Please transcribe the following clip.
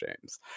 James